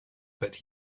but